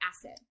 acid